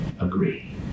agree